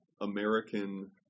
American